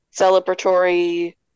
celebratory